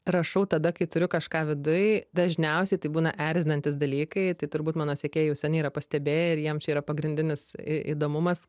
rašau tada kai turiu kažką viduj dažniausiai tai būna erzinantys dalykai tai turbūt mano sekėjai jau seniai yra pastebėję ir jiem čia yra pagrindinis į įdomumas